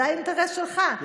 זה האינטרס שלך,